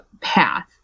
path